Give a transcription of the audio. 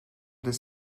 their